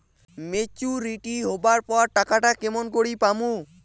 Maturity হবার পর টাকাটা কেমন করি পামু?